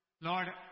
Lord